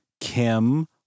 Kim